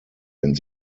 wenn